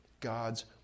god's